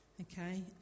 Okay